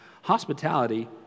Hospitality